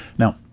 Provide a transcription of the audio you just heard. now,